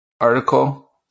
article